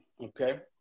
Okay